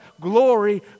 Glory